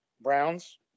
Browns